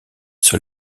sur